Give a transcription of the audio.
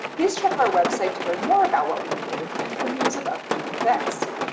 please check our website to learn more about what we do and for news of upcoming events.